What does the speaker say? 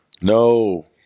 No